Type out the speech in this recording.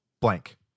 blank